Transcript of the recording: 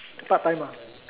part time ah